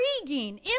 intriguing